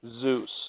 Zeus